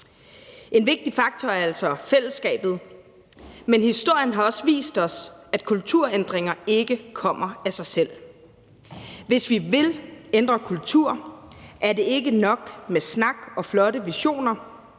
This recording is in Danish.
En vigtig faktor er altså fællesskabet, men historien har også vist os, at kulturændringer ikke kommer af sig selv. Hvis vi vil ændre kultur, er det ikke nok med snak og flotte visioner.